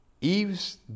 Eve's